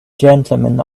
gentlemen